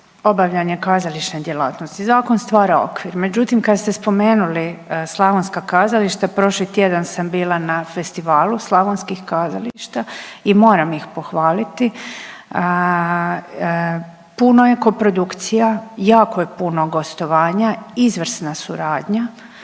obavljanje kazališne djelatnosti, zakon stvara okvir, međutim, kad ste spomenuli slavonska kazališta, prošli tjedan sam bila na festivalu slavonskih kazališta i moram ih pohvaliti, puno je koprodukcija, jako je puno gostovanja, izvrsna suradnja,